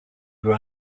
were